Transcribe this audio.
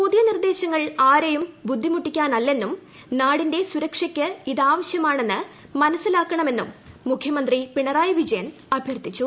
പുതിയ നിർദ്ദേശങ്ങൾ ആരെയും ബുദ്ധിമുട്ടിക്കാനല്ലെന്നും നാടിന്റെ സുരക്ഷയ്ക്ക് ഇതാവശൃമാണെന്ന് മനസിലാക്കണമെന്നും മുഖ്യമന്ത്രി പിണറായി വിജയൻ അഭ്യർത്ഥിച്ചു